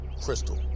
Crystal